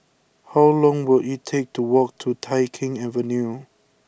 how long will it take to walk to Tai Keng Avenue